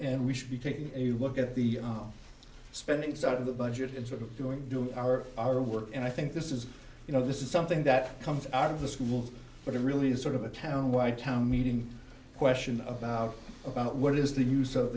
and we should be taking a look at the spending side of the budget in sort of doing our our work and i think this is you know this is something that comes out of the school but it really is sort of a town wide town meeting question about about what is the use of